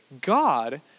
God